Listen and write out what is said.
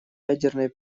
ядерной